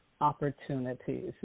opportunities